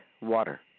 water